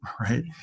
right